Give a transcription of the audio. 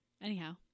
Anyhow